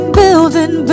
building